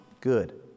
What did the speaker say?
good